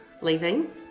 leaving